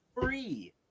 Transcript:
free